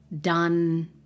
done